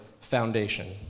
foundation